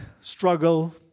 struggle